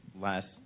last